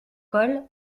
col